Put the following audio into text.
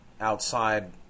outside